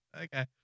Okay